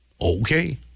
Okay